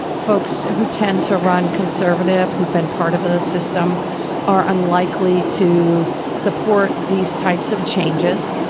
folks who tend to run conservative, who've been part of of this system are unlikely to support these types of changes.